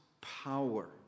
power